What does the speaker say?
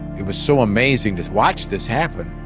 it was so amazing to watch this happen.